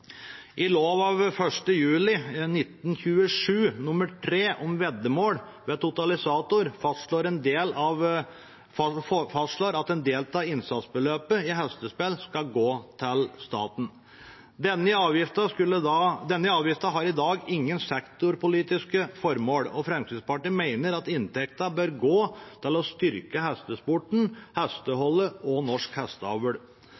Lov 1. juli 1927 nr. 3 om veddemål ved totalisator fastslår at en del av innsatsbeløpet i hestespill skal gå til staten. Denne avgiften har i dag ingen sektorpolitiske formål, og Fremskrittspartiet mener at inntekten bør gå til å styrke hestesporten,